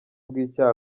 bw’ibyaha